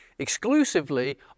exclusively